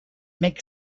make